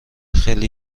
خیلی